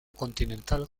continental